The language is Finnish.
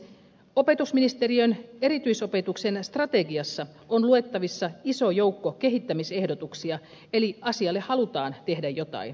opetusministeriön erityisopetuksen strategiasta on luettavissa iso joukko kehittämisehdotuksia eli asialle halutaan tehdä jotain